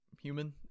human